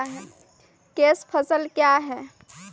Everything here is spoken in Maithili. कैश फसल क्या हैं?